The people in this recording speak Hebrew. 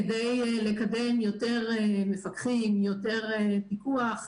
כדי לקדם יותר מפקחים, יותר פיקוח,